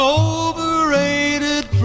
overrated